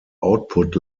output